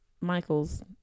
Michael's